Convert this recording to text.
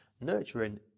Nurturing